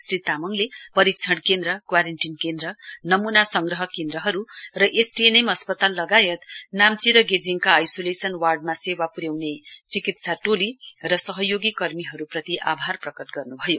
श्री तामाङले परीक्षण केन्द्र क्वारेन्टीन केन्द्र नमूना संग्रह केन्द्रहरू र एसटीएनएम अस्पताल लगायत नाम्ची र गेजिङका आइसोलेसन वार्डमा सेवा पुर्याउने चिकित्सा टोली र सहयोगी कर्मीहरूप्रति आभार प्रकट गर्न्भयो